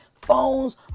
phones